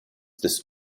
des